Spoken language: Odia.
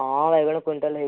ହଁ ବାଇଗଣ କୁଇଣ୍ଟାଲ ହେଇଯିବ